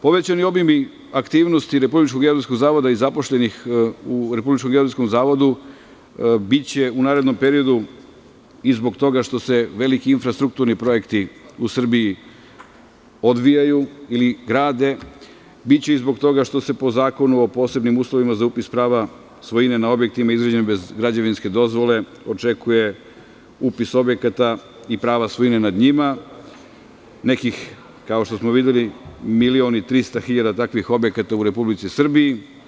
Povećan je obim i aktivnosti RGZ i zaposlenih u RGZ i biće u narednom periodu zbog toga što se veliki infrastrukturni projekti u Srbiji odvijaju ili grade, biće i zbog toga što se po Zakonu o posebnim uslovima za upis prava svojine na objektima izgrađenim bez građevinske dozvole, očekuje upis objekata i prava svojine nad njima, nekih, kao što smo videli, milion i 300 hiljada takvih objekata u Republici Srbiji.